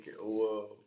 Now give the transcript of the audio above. whoa